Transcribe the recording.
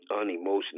unemotional